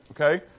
Okay